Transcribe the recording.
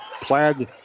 plaid